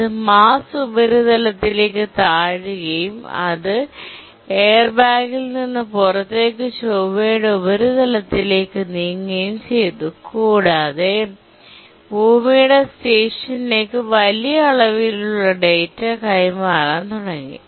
അത് മാർസ് ഉപരിതലത്തിലേക്ക് താഴുകയും അത് എയർബാഗിൽ നിന്ന് പുറത്തേക്ക് ചൊവ്വയുടെ ഉപരിതലത്തിലേക്ക്നീങ്ങുകയും ചെയ്തു കൂടാതെ ഭൂമിയുടെ സ്റ്റേഷനിലേക്ക്Earth's station വലിയ അളവിലുള്ള ഡാറ്റ കൈമാറാൻ തുടങ്ങി